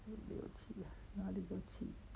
五六七哪里都去